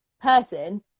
person